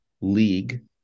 League